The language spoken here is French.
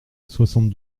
soixante